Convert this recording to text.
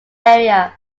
area